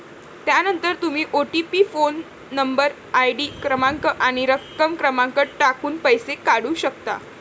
त्यानंतर तुम्ही OTP phone number, ID क्रमांक आणि रक्कम क्रमांक टाकून पैसे काढू शकता